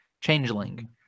changeling